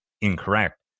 incorrect